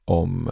om